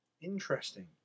Interesting